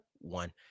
one